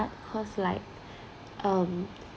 cause like um